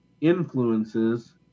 influences